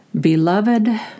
Beloved